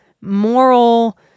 moral